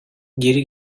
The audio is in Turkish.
geri